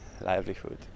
livelihood